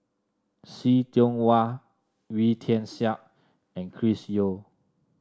See Tiong Wah Wee Tian Siak and Chris Yeo